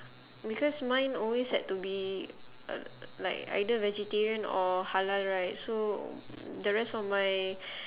because mine always had to be uh like either vegetarian or halal right so the rest of my